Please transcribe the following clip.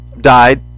died